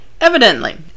Evidently